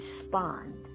respond